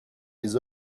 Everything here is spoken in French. des